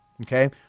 Okay